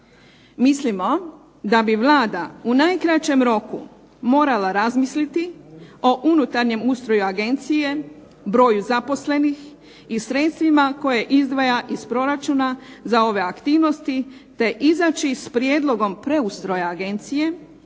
Mislimo da bi Vlada u najkraćem roku morala razmisliti o unutarnjem ustrojstvu Agencije, broju zaposlenih i u sredstvima koje izdvaja iz proračuna za ove aktivnosti, te izaći sa prijedlogom preustroja Agencije